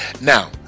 Now